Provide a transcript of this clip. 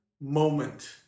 moment